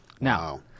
Now